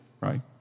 right